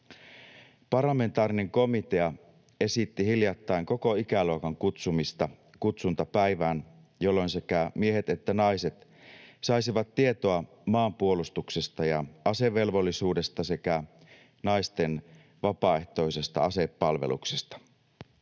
Parlamentaarinen komitea esitti hiljattain koko ikäluokan kutsumista kutsuntapäivään, jolloin sekä miehet että naiset saisivat tietoa maanpuolustuksesta ja asevelvollisuudesta sekä naisten vapaaehtoisesta asepalveluksesta.